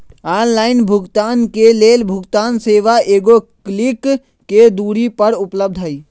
online भुगतान के लेल भुगतान सेवा एगो क्लिक के दूरी पर उपलब्ध हइ